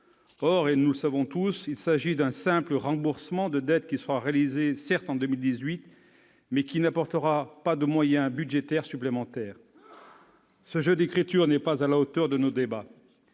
or, nous le savons tous, il s'agit d'un simple remboursement de dettes qui certes sera réalisé en 2018, mais qui n'apportera pas de moyens budgétaires supplémentaires. Ce jeu d'écriture n'est pas à la hauteur de nos débats.